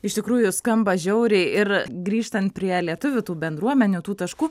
iš tikrųjų skamba žiauriai ir grįžtant prie lietuvių tų bendruomenių tų taškų